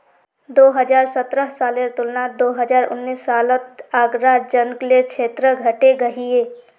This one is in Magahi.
दो हज़ार सतरह सालेर तुलनात दो हज़ार उन्नीस सालोत आग्रार जन्ग्लेर क्षेत्र घटे गहिये